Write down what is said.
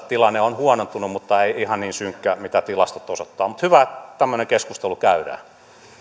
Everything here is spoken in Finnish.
tilanne on huonontunut mutta ei ole ihan niin synkkä kuin mitä tilastot osoittavat mutta hyvä että tämmöinen keskustelu käydään